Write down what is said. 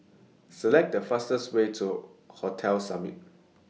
Select The fastest Way to Hotel Summit